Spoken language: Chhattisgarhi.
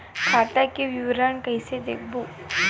खाता के विवरण कइसे देखबो?